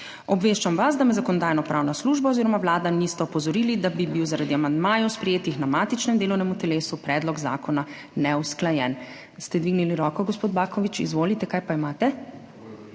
Obveščam vas, da me Zakonodajno-pravna služba oziroma Vlada nista opozorili, da bi bil zaradi amandmajev, sprejetih na matičnem delovnem telesu, predlog zakona neusklajen. Ste dvignili roko, gospod Baković? Izvolite, kaj pa imate?